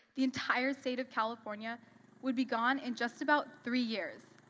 the entire state of california would be gone in just about three years.